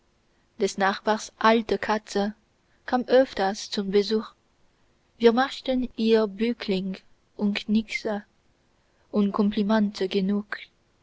des nachbars alte katze kam öfters zum besuch wir machten ihr bückling und knickse und komplimente genug